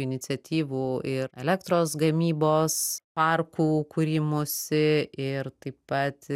iniciatyvų ir elektros gamybos parkų kūrimosi ir taip pat